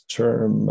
term